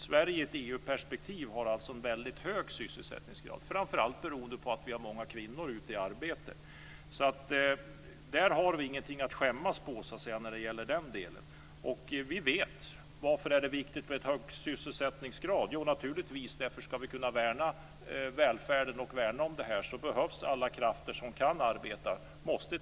Sverige har alltså i EU-perspektiv en väldigt hög sysselsättningsgrad, framför allt beroende på att vi har många kvinnor ute i arbete. I den delen har vi ingenting att skämmas för. Varför är det viktigt med en hög sysselsättningsgrad? Jo, naturligtvis därför att om vi ska kunna värna välfärden osv. behövs alla krafter som kan arbeta.